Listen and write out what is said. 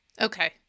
okay